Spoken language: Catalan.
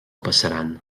passaran